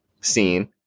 scene